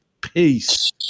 Peace